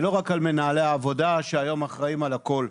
ולא רק על מנהלי העבודה, שהיום אחראיים על הכל.